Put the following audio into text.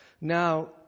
Now